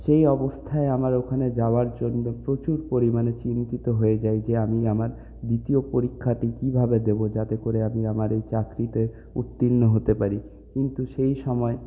সেই অবস্থায় আমার ওখানে যাবার জন্য প্রচুর পরিমাণে চিন্তিত হয়ে যাই যে আমি আমার দ্বিতীয় পরীক্ষাটি কিভাবে দেব যাতে করে আমি আমার এই চাকরিতে উত্তীর্ণ হতে পারি কিন্তু সেই সময়